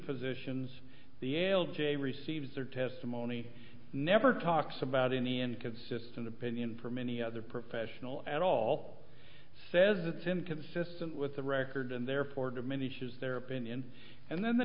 physicians the l g a receives their testimony never talks about any inconsistent opinion from any other professional at all says it's inconsistent with the record and therefore diminishes their opinion and then the